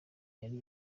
yari